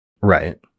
right